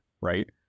Right